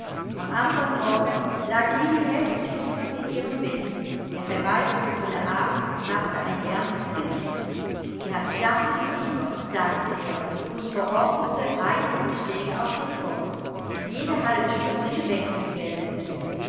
am andern morgen lag lilli heftig fiebernd in ihrem bette der herbeigerufene arzt machte ein ernstes gesicht sie hat starkes fieber sagte er und verordnete eisumschläge auf den kopf die jede halbe stunde gewechselt werden mußten